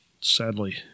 sadly